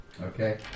okay